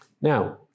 Now